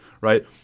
right